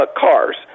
cars